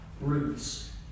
roots